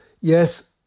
yes